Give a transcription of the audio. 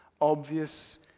obvious